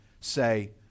say